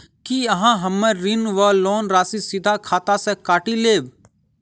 की अहाँ हम्मर ऋण वा लोन राशि सीधा खाता सँ काटि लेबऽ?